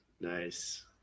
Nice